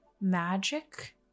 magic